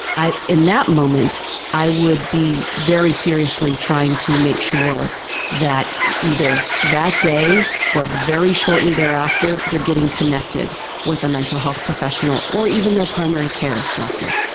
in that moment i would be very seriously trying to make sure that either that day or very shortly thereafter, they're getting connected with a mental health professional, or even their primary care doctor.